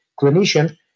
clinician